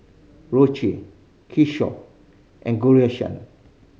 Rohit Kishore and Ghanshyam